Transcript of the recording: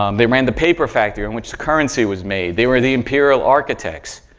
um they ran the paper factor on which the currency was made. they were the imperial architects,